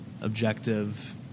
objective